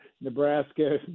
Nebraska